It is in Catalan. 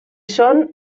són